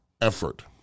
effort